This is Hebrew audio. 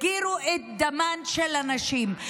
הפקירו את דמן של הנשים.